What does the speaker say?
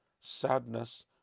sadness